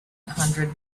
hundred